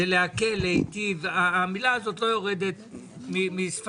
מטרתו להקל ולהיטיב; המילה הזו לא יורדת משפתכם.